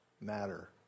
matter